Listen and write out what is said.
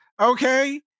okay